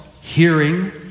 hearing